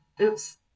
Oops